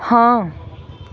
ਹਾਂ